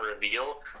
reveal